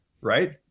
right